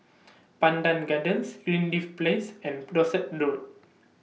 Pandan Gardens Greenleaf Place and Dorset Road